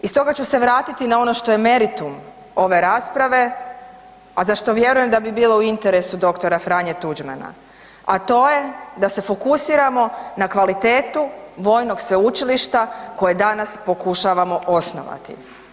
I stoga ću se vratiti na ono što je meritum ove rasprave a za što vjerujem da bi bilo u interesu dr. Franje Tuđmana a to je da se fokusiramo na kvalitetu vojnog sveučilišta koje danas pokušavamo osnovati.